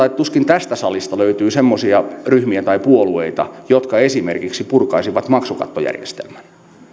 että tuskin tästä salista löytyy semmoisia ryhmiä tai puolueita jotka esimerkiksi purkaisivat maksukattojärjestelmän